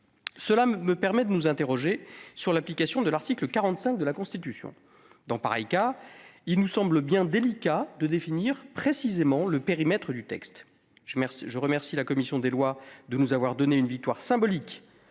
Cela nous incite à nous interroger sur l'application de l'article 45 de la Constitution : en pareil cas, il nous semble bien délicat de définir précisément le périmètre du texte. À cet égard, je remercie la commission des lois de nous avoir octroyé une victoire symbolique